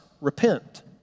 repent